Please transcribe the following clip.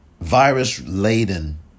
virus-laden